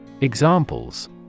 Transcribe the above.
Examples